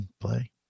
play